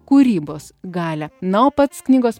kūrybos galią na o pats knygos